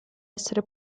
essere